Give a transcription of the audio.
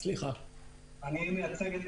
אני מייצג את